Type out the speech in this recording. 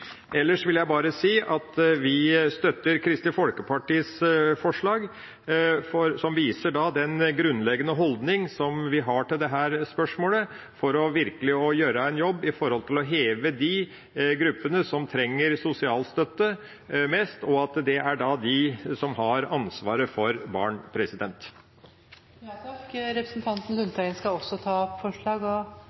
Ellers vil jeg si at vi støtter Kristelig Folkepartis forslag, som viser den grunnleggende holdning som vi har til dette spørsmålet for virkelig å gjøre en jobb med å heve de gruppene som trenger sosial støtte mest, og det er dem som har ansvaret for barn. Representanten Lundteigen skal også ta opp forslag?